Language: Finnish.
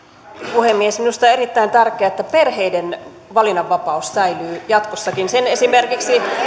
puhemies minusta on erittäin tärkeää että perheiden valinnanvapaus säilyy jatkossakin sen esimerkiksi